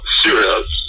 serious